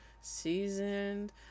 Seasoned